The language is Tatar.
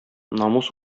намус